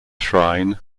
shrine